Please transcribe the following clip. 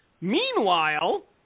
Meanwhile